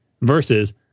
versus